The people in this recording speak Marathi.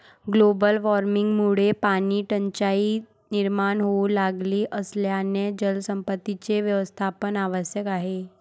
ग्लोबल वॉर्मिंगमुळे पाणीटंचाई निर्माण होऊ लागली असल्याने जलसंपत्तीचे व्यवस्थापन आवश्यक आहे